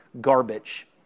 garbage